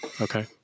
Okay